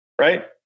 right